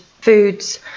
foods